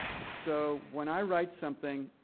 so when i write something,